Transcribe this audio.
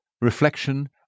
reflection